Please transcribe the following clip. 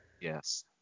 Yes